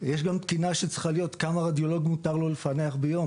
יש גם תקינה שצריכה להיות כמה מותר לרדיולוג לפענח ביום.